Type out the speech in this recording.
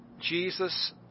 Jesus